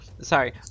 sorry